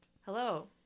hello